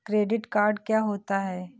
Credit card क्या होता है?